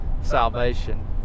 salvation